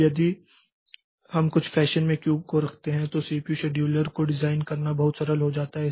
अब यदि हम कुछ फैशन में क्यू को रखते हैं तो सीपीयू शेड्यूलर को डिज़ाइन करना बहुत सरल हो जाता है